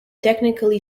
technically